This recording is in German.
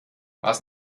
was